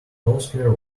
healthcare